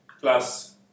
plus